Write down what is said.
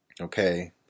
Okay